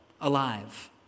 alive